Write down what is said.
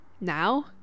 Now